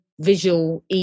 visual